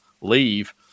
leave